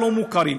הלא-מוכרים,